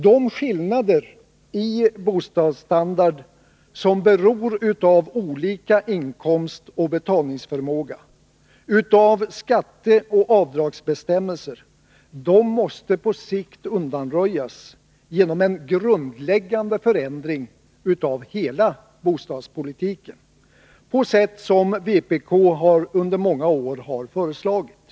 De skillnader i bostadsstandard som beror på olika inkomst och betalningsförmåga, på skatteoch avdragsbestämmelser, måste på sikt undanröjas genom en grundläggande förändring av hela bostadspolitiken, på sätt som vpk under många år har föreslagit.